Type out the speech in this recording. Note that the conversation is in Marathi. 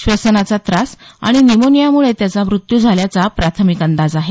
श्वसनाचा त्रास आणि निमोनिया मुळे त्यांचा मृत्यू झाल्याचा प्राथमिक अंदाज आहे